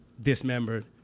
dismembered